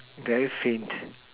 very faint